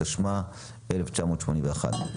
התשמ"ה-1981.